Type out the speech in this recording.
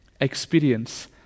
experience